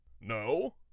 No